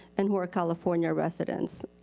and who are california residents.